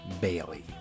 Bailey